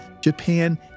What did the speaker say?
Japan